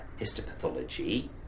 histopathology